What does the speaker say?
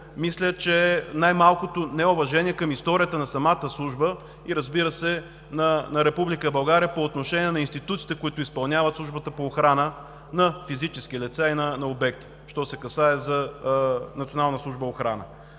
Мисля, че най-малкото е неуважение към историята на самата служба и, разбира се, на Република България по отношение на функциите, които изпълнява Службата по охрана на физически лица и на обекти, що се касае за